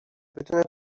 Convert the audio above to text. بتونه